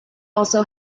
also